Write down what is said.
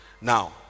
Now